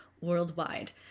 Worldwide